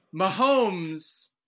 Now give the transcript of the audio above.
Mahomes